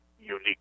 unique